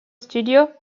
studio